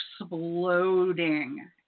exploding